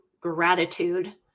gratitude